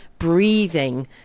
Breathing